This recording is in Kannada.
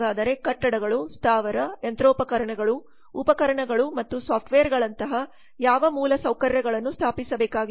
ಹಾಗಾದರೆ ಕಟ್ಟಡಗಳು ಸ್ಥಾವರ ಯಂತ್ರೋಪಕರಣಗಳು ಉಪಕರಣಗಳು ಮತ್ತು ಸಾಫ್ಟ್ವೇರ್ಗಳಂತಹ ಯಾವ ಮೂಲಸೌಕರ್ಯಗಳನ್ನು ಸ್ಥಾಪಿಸಬೇಕಾಗಿತ್ತು